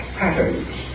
patterns